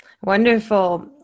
Wonderful